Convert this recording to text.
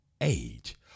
age